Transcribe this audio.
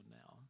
now